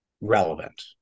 relevant